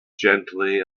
gently